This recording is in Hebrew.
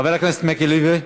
חבר הכנסת מיקי לוי,